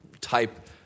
type